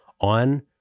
on